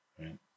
right